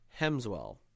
Hemswell